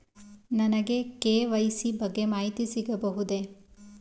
ನನಗೆ ಕೆ.ವೈ.ಸಿ ಬಗ್ಗೆ ಮಾಹಿತಿ ಸಿಗಬಹುದೇ?